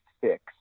six